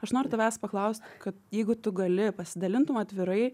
aš noriu tavęs paklaust kad jeigu tu gali pasidalintum atvirai